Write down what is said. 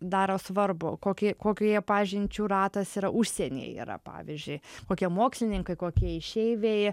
daro svarbu kokį kokioje pažinčių ratas yra užsienyje yra pavyzdžiui kokie mokslininkai kokie išeiviai